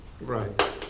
Right